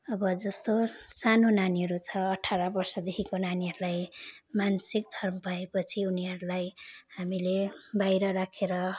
अब जस्तो सानो नानीहरू छ अठार वर्षदेखिको नानीहरूलाई मासिक धर्म भएपछि उनीहरूलाई हामीले बाहिर राखेर